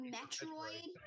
Metroid